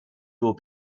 will